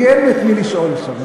לי אין את מי לשאול שם,